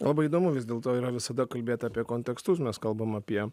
labai įdomu vis dėlto yra visada kalbėt apie kontekstus mes kalbam apie